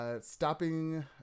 Stopping